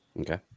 Okay